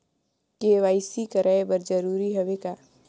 KYC कराय बर जरूरी हवे का?